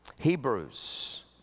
Hebrews